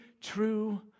true